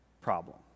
problem